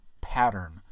pattern